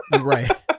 Right